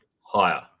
Higher